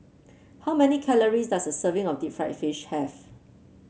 how many calories does a serving of Deep Fried Fish have